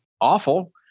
awful